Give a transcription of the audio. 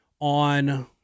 on